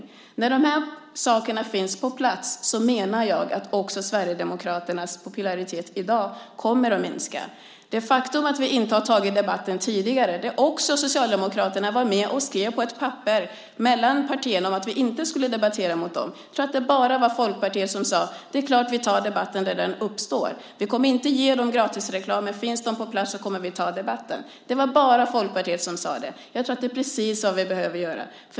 Jag menar att när de här sakerna finns på plats kommer Sverigedemokraternas popularitet att minska. Socialdemokraterna var med och skrev på ett papper mellan partierna om att vi inte skulle vara med och debattera mot Sverigedemokraterna. Jag tror att det bara var Folkpartiet som sade: Det är klart att vi tar debatten när den uppstår. Vi kommer inte att ge dem gratisreklam, men om de finns på plats kommer vi att ta debatten. Det var bara Folkpartiet som sade det. Jag tror att det är precis det vi behöver göra.